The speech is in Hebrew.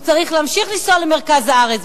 הוא צריך להמשיך לנסוע למרכז הארץ.